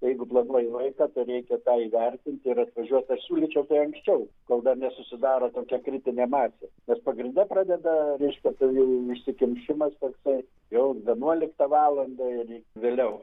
jeigu planuoji laiką tai reikia tą įvertinti ir atvažiuot aš siūlyčiau kuo anksčiau kol dar nesusidaro tokia kritinė masė nes pagrinde pradeda reiškia tai jau užsikimšimas toksai jau vienuoliktą valandą ir vėliau